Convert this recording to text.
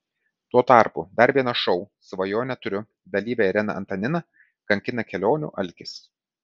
tuo tarpu dar vieną šou svajonę turiu dalyvę ireną antaniną kankina kelionių alkis